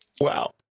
Wow